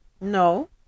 No